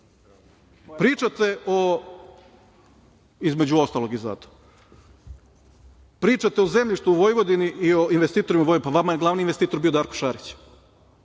verovali da možete da pobedite. Pričate o zemljištu u Vojvodini i o investitorima u Vojvodini. Pa vama je glavni investitor bio Darko Šarić.